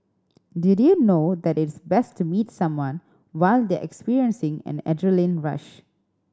did you know that it's best to meet someone while they are experiencing an adrenaline rush